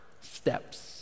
steps